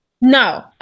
No